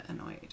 annoyed